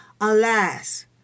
Alas